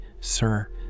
sir